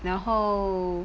然后